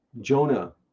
Jonah